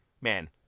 man